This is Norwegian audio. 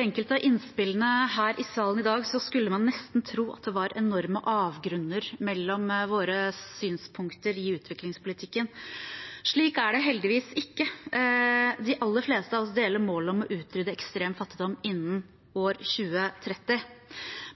enkelte av innspillene her i salen i dag, skulle man nesten tro at det var enorme avgrunner mellom våre synspunkter i utviklingspolitikken. Slik er det heldigvis ikke. De aller fleste av oss deler målet om å utrydde ekstrem fattigdom innen år 2030.